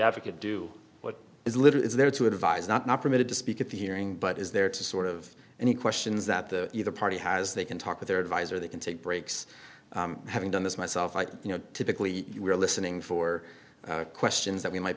advocate do what is little is there to advise not not permitted to speak at the hearing but is there to sort of any questions that the either party has they can talk with their advisor they can take breaks having done this myself i you know typically we're listening for questions that we might